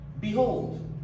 Behold